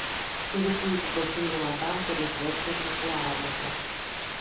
turiu puikų pasiūlymą tam kuris verčiasi šiuo amatu